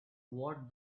what